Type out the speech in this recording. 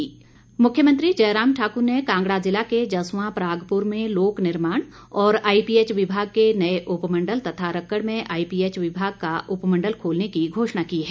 मुख्यमंत्री मुख्यमंत्री जयराम ठाकुर ने कांगड़ा ज़िला के जस्वां परागपुर में लोक निर्माण और आईपीएच विभाग के नए उपमंडल तथा रक्कड़ में आईपीएच विभाग का उपमंडल खोलने की घोषणा की है